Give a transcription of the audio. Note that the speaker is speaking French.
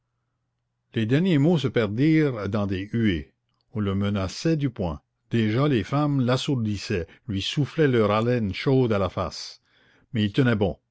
les derniers mots se perdirent dans des huées on le menaçait du poing déjà les femmes l'assourdissaient lui soufflaient leur haleine chaude à la face mais il tenait bon